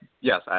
Yes